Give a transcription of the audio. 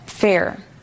fair